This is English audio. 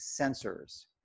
sensors